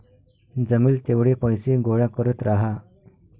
जमेल तेवढे पैसे गोळा करत राहा